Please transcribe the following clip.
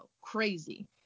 Crazy